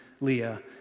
Leah